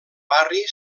barri